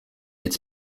its